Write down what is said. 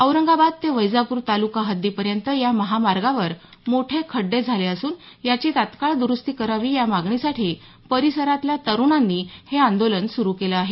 औरंगाबाद ते वैजापुर तालुका हद्दी पर्यत या महामार्गावर मोठे खड्डे झाले असून याची तात्काळ दुरुस्ती करावी या मागणीसाठी परीसरातल्या तरुणांनी हे आंदोलन सुरू केलं आहे